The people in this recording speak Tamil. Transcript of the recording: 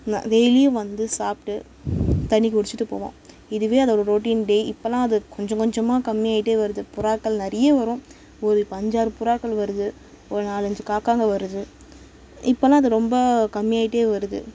வெளியே வந்து சாப்பிட்டு தண்ணி குடிச்சுட்டு போகும் இதுவே அதோடய ரொட்டின் டே இப்போல்லாம் அது கொஞ்சம் கொஞ்சமாக கம்மியாயிகிட்டே வருது புறாக்கள் நிறைய வரும் ஒரு இப்போ அஞ்சாறு புறாக்கள் வருது ஒரு நாலஞ்சு காக்காங்க வருது இப்போல்லாம் அது ரொம்ப கம்மியாயிகிட்டே வருது